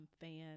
fan